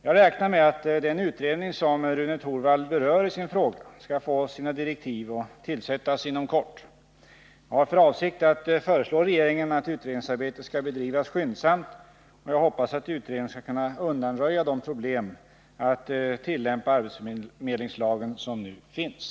Jag räknar med att den utredning som Rune Torwald berör i sin fråga skall få sina direktiv och tillsättas inom kort. Jag har för avsikt att föreslå regeringen att utredningsarbetet skall bedrivas skyndsamt. Jag hoppas att utredningen skall kunna undanröja de problem att tillämpa arbetsförmedlingslagen som nu finns.